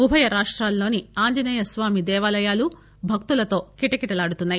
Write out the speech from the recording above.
ఉభయ రాష్టాల్లోని ఆంజనేయ స్వామి దేవాలయాలు భక్తులతో కిటకిటలాడుతున్నాయి